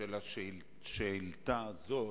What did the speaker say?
של השאילתא הזאת,